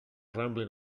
rambling